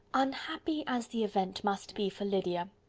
unhappy as the event must be for lydia,